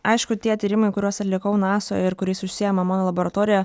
aišku tie tyrimai kuriuos atlikau nasoj ir kuriais užsiima mano laboratorija